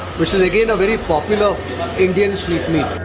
which is again a very popular indian sweet meat.